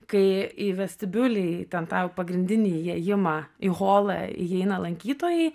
kai į vestibiulį ten tą jau pagrindinį įėjimą į holą įeina lankytojai